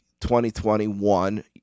2021